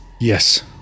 Yes